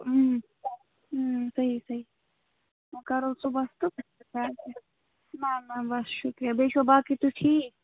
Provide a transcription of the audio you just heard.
صحیح صحیح وۅنۍ کَرو صُبَحس تہٕ نہَ نہَ بَس شُکرِیا بیٚیہِ چھِوا باقٕے تُہۍ ٹھیٖک